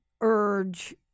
urge